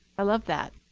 i love that.